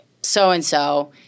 so-and-so